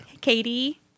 Katie